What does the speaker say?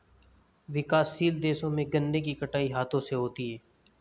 विकासशील देशों में गन्ने की कटाई हाथों से होती है